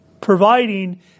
providing